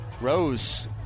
Rose